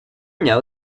know